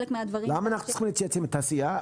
למה אנחנו צריכים להתייעץ עם התעשייה?